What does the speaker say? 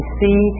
see